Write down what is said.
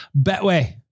Betway